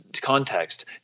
context